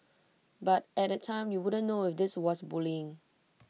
but at that time you wouldn't know if this was bullying